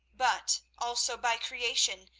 but also by creation,